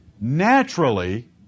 naturally